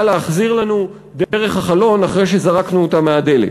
להחזיר לנו דרך החלון אחרי שזרקנו אותה מהדלת.